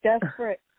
Desperate